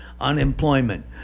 Unemployment